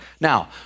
Now